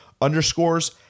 underscores